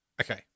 Okay